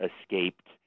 escaped